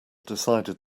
decided